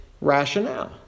rationale